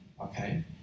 Okay